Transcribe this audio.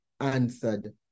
Answered